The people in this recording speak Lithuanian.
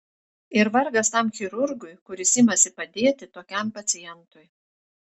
ir vargas tam chirurgui kuris imasi padėti tokiam pacientui